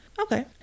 Okay